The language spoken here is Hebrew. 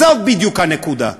זאת בדיוק הנקודה.